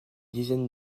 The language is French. dizaine